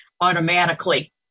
automatically